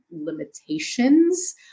limitations